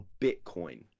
bitcoin